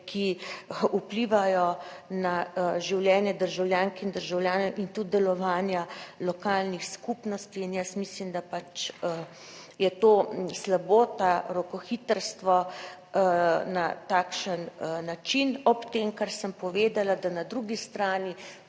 ki vplivajo na življenje državljank in državljanov in tudi delovanja lokalnih skupnosti. In jaz mislim, da pač je to slabo, to rokohitrstvo na takšen način, ob tem, kar sem povedala, da na drugi strani